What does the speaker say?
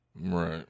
Right